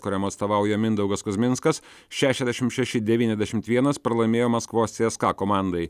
kuriam atstovauja mindaugas kuzminskas šešiasdešim šeši devyniasdešimt vienas pralaimėjo maskvos cska komandai